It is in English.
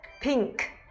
pink